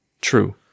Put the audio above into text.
true